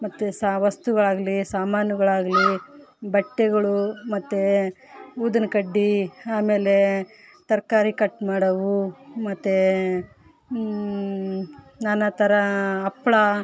ಮತ್ತು ಸಹ ವಸ್ತುಗಳಾಗಲಿ ಸಾಮಾನುಗಳಾಗಲಿ ಬಟ್ಟೆಗಳು ಮತ್ತು ಊದಿನಕಡ್ಡಿ ಆಮೇಲೆ ತರಕಾರಿ ಕಟ್ ಮಾಡೋವು ಮತ್ತು ನಾನಾಥರ ಹಪ್ಳಾ